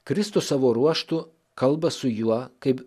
kristus savo ruožtu kalba su juo kaip